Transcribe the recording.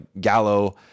Gallo